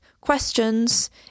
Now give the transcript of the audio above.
questions